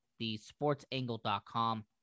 thesportsangle.com